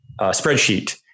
spreadsheet